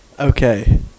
okay